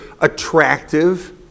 attractive